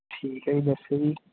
ਠੀਕ ਹੈ ਜੀ ਦੱਸਿਓ ਜੀ